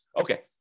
Okay